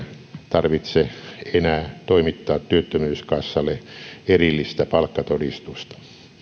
tarvitse enää toimittaa työttömyyskassalle erillistä palkkatodistusta